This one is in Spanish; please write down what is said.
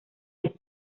del